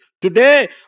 today